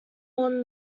won